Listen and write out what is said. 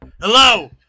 Hello